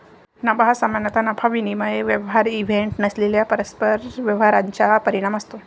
नफा हा सामान्यतः नफा विनिमय व्यवहार इव्हेंट नसलेल्या परस्पर व्यवहारांचा परिणाम असतो